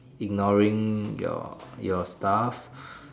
ignoring your your stuff